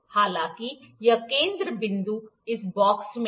हालांकि यह केंद्र बिंदु इस बॉक्स में है